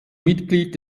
mitglied